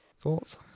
Thoughts